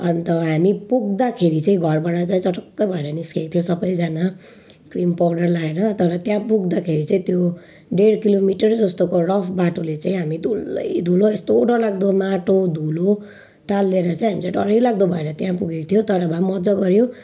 अनि त हामी पुग्दाखेरि चाहिँ घरबाट चाहिँ चटक्कै भएर निस्केको थियौँ सबैजना क्रिम पाउडर लाएर तर त्यहाँ पुग्दाखेरि चाहिँ त्यो डेढ किलोमिटर जस्तोको रफ बाटोले चाहिँ हामी धुलै धुलो यस्तो डर लाग्दो माटो धुलो टालिएर चाहिँ हामी चाहिँ डरैलाग्दो भएर त्यहाँ पुगेका थियौँ तर भए पनि मज्जा गऱ्यौँ